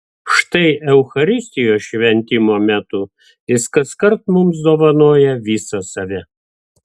štai eucharistijos šventimo metu jis kaskart mums dovanoja visą save